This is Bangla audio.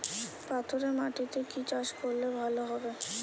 পাথরে মাটিতে কি চাষ করলে ভালো হবে?